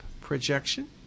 projection